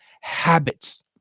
habits